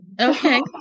Okay